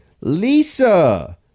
Lisa